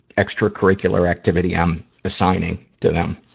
extra-curricular activity i'm assigning to them.